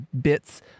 bits